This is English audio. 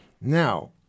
Now